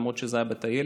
למרות שזה היה בטיילת.